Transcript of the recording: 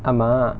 ஆமா:aamaa